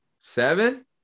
Seven